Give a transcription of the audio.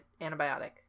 antibiotic